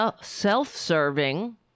self-serving